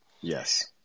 Yes